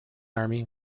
army